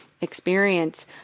experience